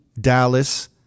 Dallas